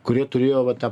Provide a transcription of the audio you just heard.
kurie turėjo va tą